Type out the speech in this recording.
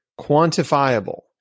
quantifiable